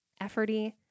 efforty